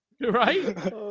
right